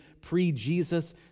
pre-Jesus